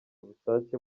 ubushake